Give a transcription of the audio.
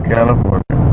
California